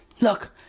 look